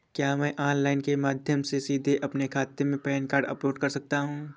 क्या मैं ऑनलाइन के माध्यम से सीधे अपने खाते में पैन कार्ड अपलोड कर सकता हूँ?